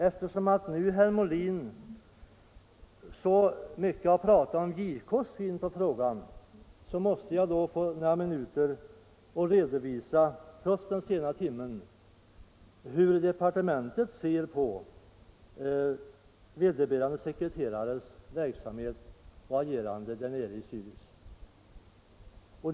Eftersom herr Molin så mycket har talat om JK:s syn på frågan, måste jag trots den sena timmen få ta några minuter i anspråk för att redovisa hur departementet ser på vederbörande sekreterares verksamhet och agerande i Zärich.